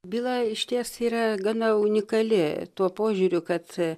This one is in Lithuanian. byla išties yra gana unikali tuo požiūriu kad